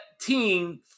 team